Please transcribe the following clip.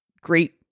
great